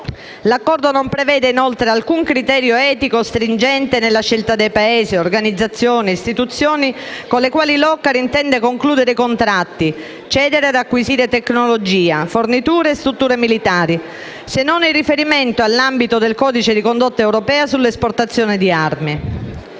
L'Accordo non prevede, inoltre, alcun criterio etico stringente nella scelta dei Paesi, organizzazioni e istituzioni con le quali l'OCCAR intende concludere i contratti, cedere e acquisire tecnologia, forniture e strutture militari, se non il riferimento all'ambito del codice di condotta europea sull'esportazione di armi.